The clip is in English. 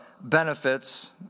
benefits